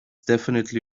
definitely